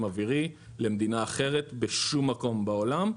אווירי למדינה אחרת בשום מקום בעולם,